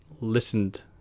listened